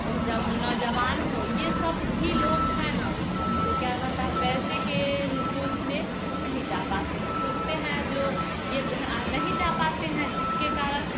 जो नौजवान हों ये सब भी लोग हैं न वो क्या कहता है पैसे के सोच में नहीं जा पाते हैं सोचते हैं जो ये हैं नहीं जा पाते हैं जिसके कारण